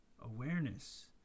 awareness